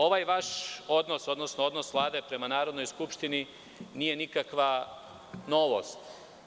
Ovaj vaš odnos, odnosno odnos Vlade prema Narodnoj skupštini nije nikakva novost.